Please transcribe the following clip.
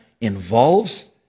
involves